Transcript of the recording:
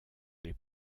les